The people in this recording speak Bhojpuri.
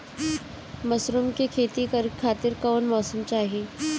मशरूम के खेती करेके खातिर कवन मौसम सही होई?